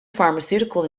pharmaceutical